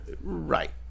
Right